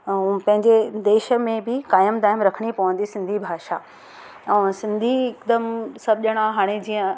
ऐं पंहिंजे देश में बि क़ाइमु दाइमु रखणी पवंदी सिंधी भाषा ऐं सिंधी हिकदमि सभु ॼणा हाणे जीअं